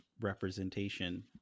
representation